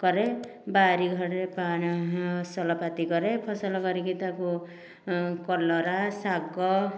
କରେ ବାରି ଘରେ ଫସଲପାତି କରେ ଫସଲ କରିକି ତାକୁ କଲରା ଶାଗ